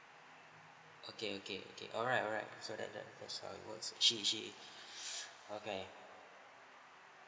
okay okay okay alright so that how it works she she okay